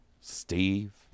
Steve